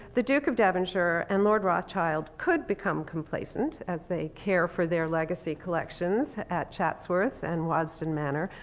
the duke of devonshire and lord rothschild could become complacent, as they care for their legacy collections at chatsworth and waddesdon manner,